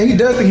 dude